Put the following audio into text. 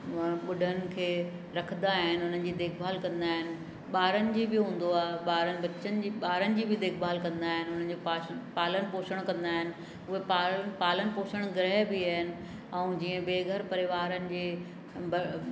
माण्हू ॿुढनि खे रखंदा आहिनि हुननि जी देखभाल कंदा आहिनि ॿारनि जी बि हूंदो आहे ॿारनि बचनि जी ॿारनि जी बी देखभाल कंदा आहिनि उन्हनि जो पाश पालन पोषण कंदा आहिनि उहे पाल पालन पोषण गृह बी आहिनि ऐं जीअं बेघर परिवारनि जे बि